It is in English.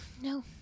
No